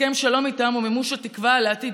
הסכם שלום איתם הוא מימוש התקווה לעתיד